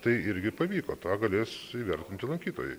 tai irgi pavyko tą galės įvertinti lankytojai